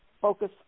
focus